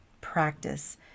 practice